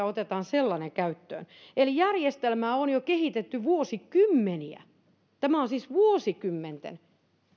otetaan käyttöön eli järjestelmää on kehitetty jo vuosikymmeniä tämä on siis vuosikymmenten